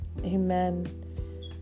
amen